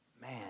Man